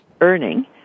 earning